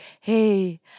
hey